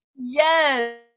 yes